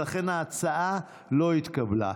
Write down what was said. ולכן ההצעה לא התקבלה".